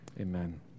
Amen